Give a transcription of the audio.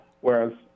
Whereas